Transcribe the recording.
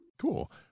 Cool